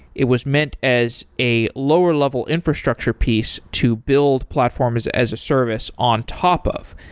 it was meant as a lower level infrastructure piece to build platform as as a service on top of,